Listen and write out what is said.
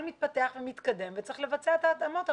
מתפתח ומתקדם וצריך לבצע את ההתאמות הרלוונטיות.